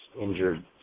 injured